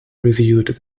reviewed